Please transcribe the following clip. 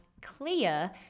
clear